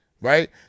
right